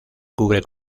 cubre